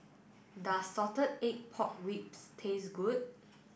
does Salted Egg Pork Ribs taste good